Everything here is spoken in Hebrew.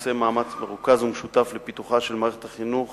עושה מאמץ מרוכז ומשותף לפיתוחה של מערכת החינוך